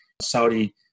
Saudi